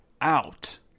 out